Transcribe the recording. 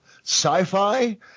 sci-fi